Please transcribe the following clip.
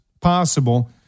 possible